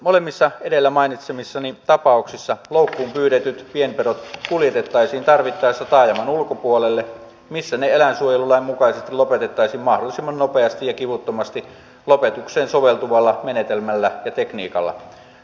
molemmissa edellä mainitsemissani tapauksissa loukkuun pyydetyt pienpedot kuljetettaisiin tarvittaessa taajaman ulkopuolelle missä ne eläinsuojelulain mukaisesti lopetettaisiin mahdollisimman nopeasti ja kivuttomasti lopetukseen soveltuvalla menetelmällä ja tekniikalla